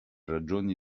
ragioni